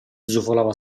zufolava